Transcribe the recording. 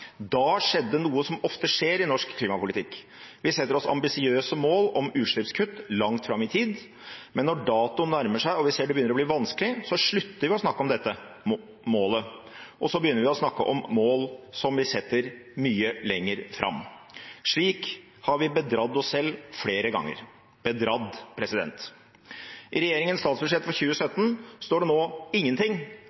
skjedde det som ofte skjer i norsk klimapolitikk: Vi setter oss ambisiøse mål for utslippskutt som skal oppnås et tidspunkt langt fram i tid. Når datoen nærmer seg og vi ser at det blir vanskelig, slutter vi å snakke om dette målet, og setter i stedet nye mål enda lenger fram. Slik har vi bedratt oss selv flere ganger.» – Bedratt, president! I regjeringens statsbudsjett for